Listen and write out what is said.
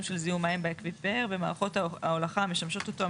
של זיהום מים באקוויפר ומערכות ההולכה המשמשות אותו,